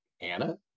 Anna